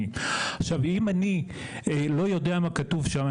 עכשיו אם אני לא יודע מה כתוב שם,